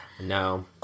No